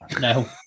No